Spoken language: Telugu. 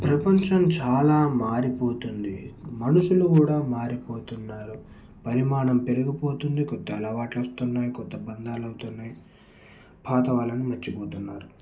ప్రపంచం చాలా మారిపోతుంది మనుషులు కూడా మారిపోతున్నారు పరిమాణం పెరిగిపోతుంది కొత్త అలవాట్లు వస్తున్నాయి కొత్త బంధాలు అవుతున్నాయి పాత వాళ్ళను మర్చిపోతున్నారు